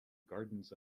gardens